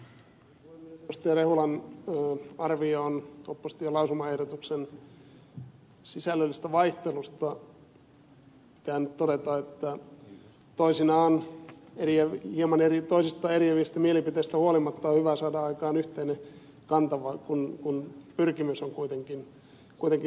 rehulan arvioon opposition lausumaehdotuksen sisällöllisestä vaihtelusta pitää nyt todeta että toisinaan hieman toisistaan eriävistä mielipiteistä huolimatta on hyvä saada aikaan yhteinen kanta kun pyrkimys on kuitenkin sama